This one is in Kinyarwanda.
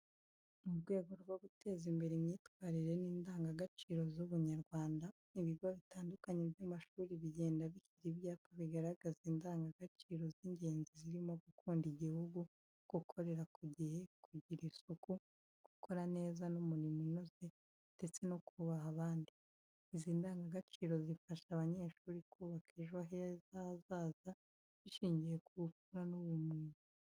Mu rwego rwo guteza imbere imyitwarire n’indangagaciro z’ubunyarwanda, ibigo bitandukanye by'amashuri bigenda bishyira ibyapa bigaragaza indangagaciro z’ingenzi zirimo gukunda igihugu, gukorera ku gihe, kugira isuku, gukora neza n’umurimo unoze, ndetse no kubaha abandi. Izi ndangagaciro zifasha abanyeshuri kubaka ejo hazaza heza bishingiye ku bupfura n’ubumuntu.